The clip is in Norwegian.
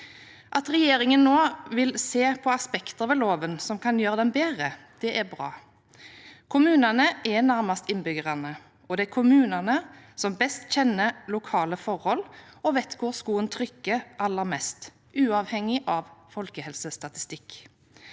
At regjeringen nå vil se på aspekter ved loven som kan gjøre den bedre, er bra. Kommunene er nærmest innbyggerne, og det er kommunene som best kjenner lokale forhold og vet hvor skoen trykker aller mest, uavhengig av folkehelsestatistikk.